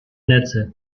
netze